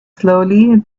slowly